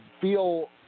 feel